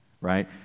right